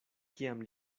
kiam